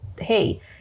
hey